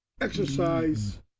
exercise